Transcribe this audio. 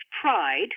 pride